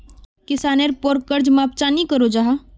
किसानेर पोर कर्ज माप चाँ नी करो जाहा?